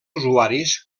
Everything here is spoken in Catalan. usuaris